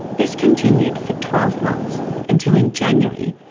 this continued for twelve months until, in january,